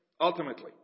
ultimately